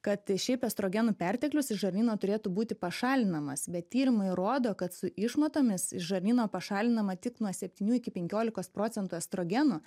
kad šiaip estrogenų perteklius iš žarnyno turėtų būti pašalinamas bet tyrimai rodo kad su išmatomis iš žarnyno pašalinama tik nuo septynių iki penkiolikos procentų estrogenų